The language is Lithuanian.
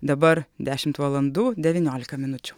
dabar dešimt valandų devyniolika minučių